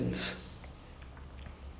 premise of the story okay